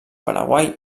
paraguai